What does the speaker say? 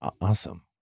Awesome